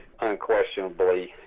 unquestionably